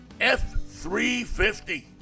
F-350